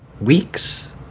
Weeks